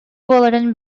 буоларын